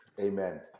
Amen